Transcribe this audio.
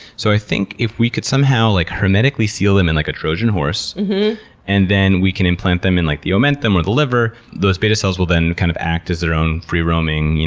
so i think if we could somehow like hermetically seal them in, like, a trojan horse and then we can implant them in like the omentum or the liver, those beta cells will then kind of act as their own free-roaming,